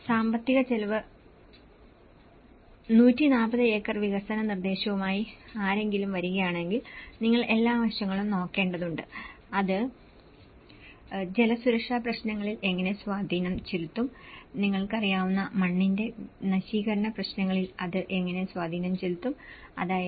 140 acre വികസന നിർദ്ദേശവുമായി ആരെങ്കിലും വരുകയാണെങ്കിൽ നിങ്ങൾ എല്ലാ വശങ്ങളും നോക്കേണ്ടതുണ്ട് അത് ജലസുരക്ഷാ പ്രശ്നങ്ങളിൽ എങ്ങനെ സ്വാധീനം ചെലുത്തും നിങ്ങൾക്ക് അറിയാവുന്ന മണ്ണിന്റെ നശീകരണ പ്രശ്നങ്ങളിൽ അത് എങ്ങനെ സ്വാധീനം ചെലുത്തും അതായത്